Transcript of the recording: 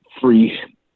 free